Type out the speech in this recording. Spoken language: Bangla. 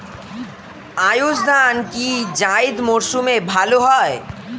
আউশ ধান কি জায়িদ মরসুমে ভালো হয়?